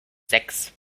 sechs